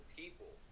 people